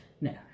No